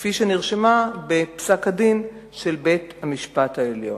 כפי שנרשמה בפסק-הדין של בית-המשפט העליון.